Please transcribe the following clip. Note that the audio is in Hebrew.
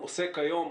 עוסק כיום,